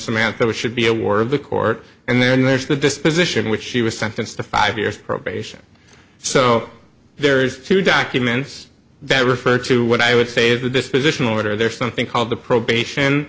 samantha should be a war of the court and then there's the disposition which she was sentenced to five years probation so there's two documents that refer to what i would say of the dispositional order there's something called the probation